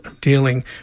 dealing